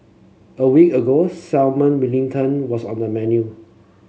a week ago salmon wellington was on the menu